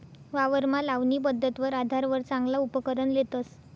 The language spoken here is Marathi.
वावरमा लावणी पध्दतवर आधारवर चांगला उपकरण लेतस